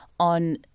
on